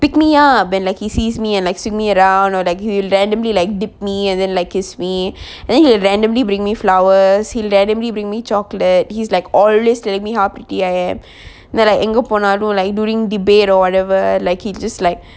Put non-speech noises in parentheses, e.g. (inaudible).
pick me up when like he sees me and swing me around all that randomly like dip me and then like kiss me and then he randomly bring me flowers he randomly bring me chocolate he's like always telling me how pretty I am (breath) that I எங்க போனாலும்:enga ponalum like during debate or whatever like he just like